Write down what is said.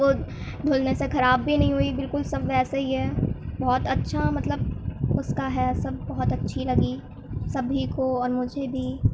وہ دھلنے سے خراب بھی نہیں ہوئی بالکل سب ویسا ہی ہے بہت اچّھا مطلب اس کا ہے سب بہت اچّھی لگی سبھی کو اور مجھے بھی